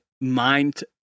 mind